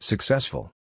Successful